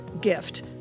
gift